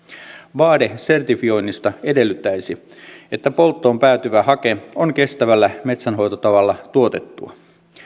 vaade sertifioinnista edellyttäisi että polttoon päätyvä hake on kestävällä metsänhoitotavalla tuotettua